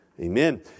amen